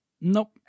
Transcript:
Nope